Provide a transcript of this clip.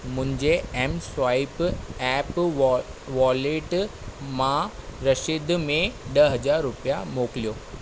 मुंहिंजे M swipe app वॉल wallet मां रसीद में ॾह हज़ार रुपिया मोकिलियो